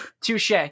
touche